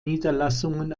niederlassungen